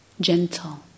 gentle